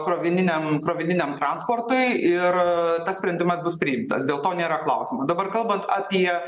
krovininiam krovininiam transportui ir tas sprendimas bus priimtas dėl to nėra klausimo dabar kalbant apie